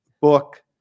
book